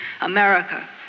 America